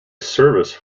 service